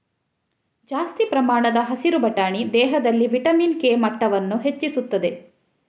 ಜಾಸ್ತಿ ಪ್ರಮಾಣದ ಹಸಿರು ಬಟಾಣಿ ದೇಹದಲ್ಲಿ ವಿಟಮಿನ್ ಕೆ ಮಟ್ಟವನ್ನ ಹೆಚ್ಚಿಸ್ತದೆ